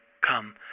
come